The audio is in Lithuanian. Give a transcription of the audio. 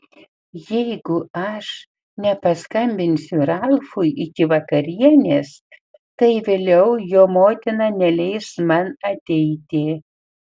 jeigu aš nepaskambinsiu ralfui iki vakarienės tai vėliau jo motina neleis man ateiti